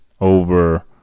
over